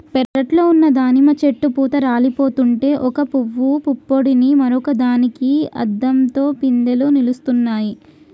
పెరట్లో ఉన్న దానిమ్మ చెట్టు పూత రాలిపోతుంటే ఒక పూవు పుప్పొడిని మరొక దానికి అద్దంతో పిందెలు నిలుస్తున్నాయి